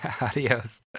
Adios